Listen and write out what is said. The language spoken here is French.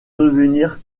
devenir